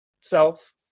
self